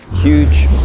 huge